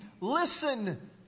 listen